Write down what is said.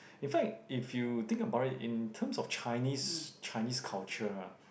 in fact if you think about it in terms of Chinese Chinese culture ah